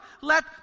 let